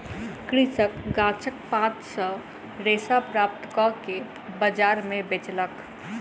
कृषक गाछक पात सॅ रेशा प्राप्त कअ के बजार में बेचलक